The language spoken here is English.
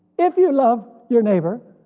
if you love your neighbor,